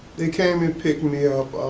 they came and picked me up.